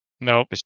Nope